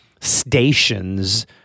stations